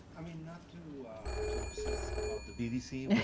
i mean not to obsess about the bdc,